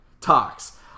talks